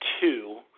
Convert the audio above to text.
two